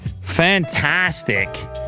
fantastic